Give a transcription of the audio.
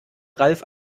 ralf